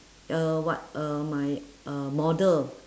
uh what uh my uh model